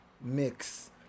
mix